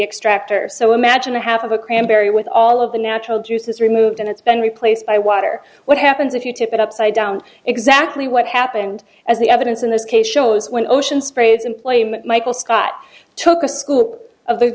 extractor so imagine to have a cranberry with all of the natural juices removed and it's been replaced by water what happens if you tip it upside down exactly what happened as the evidence in this case shows when ocean spray is in play him michael scott took a scoop of the